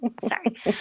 Sorry